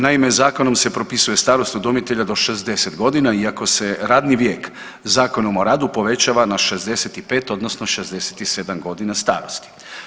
Naime, zakonom se propisuje starost udomitelja do 60 godina iako se radni vijek Zakonom o radu povećava na 65 odnosno 67 godina starosti.